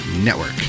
network